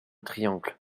triangle